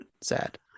sad